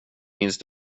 minns